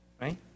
Right